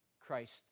Christ